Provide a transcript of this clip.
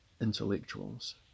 Intellectuals